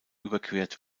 überquert